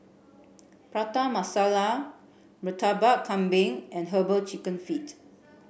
Prata Masala Murtabak Kambing and Herbal Chicken Feet